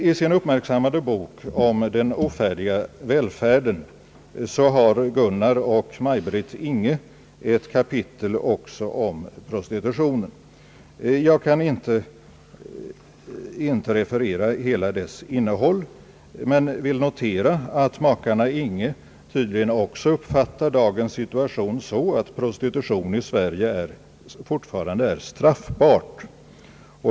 I sin uppmärksammade bok Den ofärdiga välfärden har Gunnar och Maj-Britt Inghe ett kapitel också om prostitutionen. Jag kan inte referera hela dess innehåll men vill notera att makarna Inghe tydligen också uppfattar dagens situation så, att prostitution i Sverige fortfarande är straffbar.